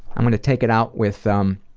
i'm gonna take it out with um